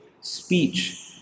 speech